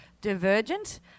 Divergent